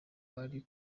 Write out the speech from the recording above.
bari